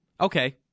Okay